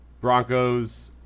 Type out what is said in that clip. Broncos